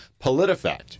Politifact